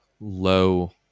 low